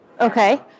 okay